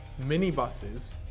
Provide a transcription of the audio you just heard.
minibuses